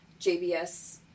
JBS